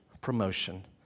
promotion